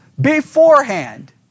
beforehand